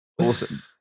Awesome